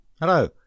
Hello